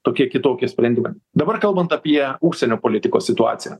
tokie kitokie sprendimai dabar kalbant apie užsienio politikos situaciją